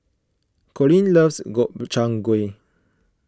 Colin loves Gobchang Gui